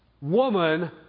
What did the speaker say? woman